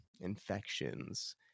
infections